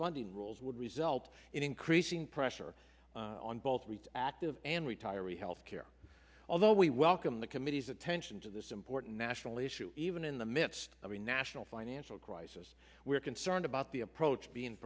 funding rules would result in increasing pressure on both active and retiree health care although we welcome the committee's attention to this important national issue even in the midst of a national financial crisis we are concerned about the approach being